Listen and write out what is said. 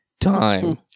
Time